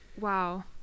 wow